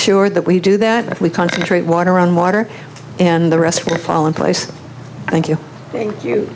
sure that we do that we concentrate water on water and the rest will fall in place thank you thank you